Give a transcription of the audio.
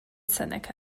seneca